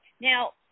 Now